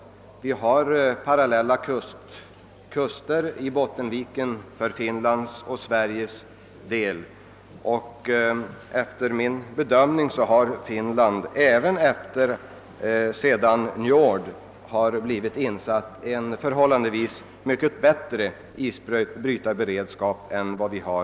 Finland och Sverige har parallella kuster längs Bottenviken, och enligt min bedömning kommer Finland även efter insättandet av vår nya isbrytare Njord att ha en förhållandevis mycket bättre isbrytarberedskap än Sverige.